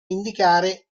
indicare